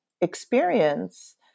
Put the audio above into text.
experience